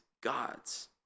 God's